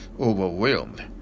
overwhelmed